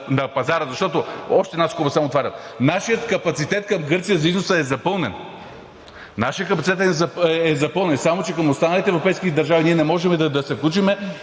пазара? Защото само още една скоба отварям. Нашият капацитет към Гърция за износа е запълнен, нашият капацитет е запълнен, само че към останалите европейски държави ние не можем да се включим,